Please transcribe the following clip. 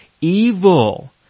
evil